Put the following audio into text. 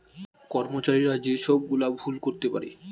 কর্মচারীরা যে সব গুলা ভুল করতে পারে